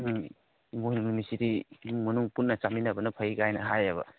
ꯎꯝ ꯏꯃꯣꯏꯅꯨ ꯅꯨꯃꯤꯠꯁꯤꯗꯤ ꯏꯃꯨꯡ ꯃꯅꯨꯡ ꯄꯨꯟꯅ ꯆꯥꯃꯤꯟꯅꯕꯅ ꯐꯩ ꯀꯥꯏꯅ ꯍꯥꯏꯌꯦꯕ